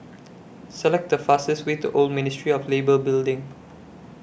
Select The fastest Way to Old Ministry of Labour Building